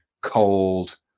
cold